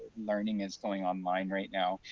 learning is going online right now,